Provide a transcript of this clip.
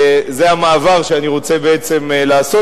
זה המעבר שאני רוצה בעצם לעשות,